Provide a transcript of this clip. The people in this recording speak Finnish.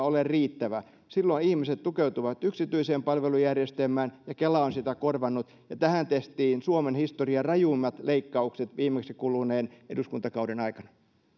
ole riittävä silloin ihmiset tukeutuvat yksityiseen palvelujärjestelmään ja kela on sitä korvannut ja tähän tehtiin suomen historian rajuimmat leikkaukset viimeksi kuluneen eduskuntakauden aikana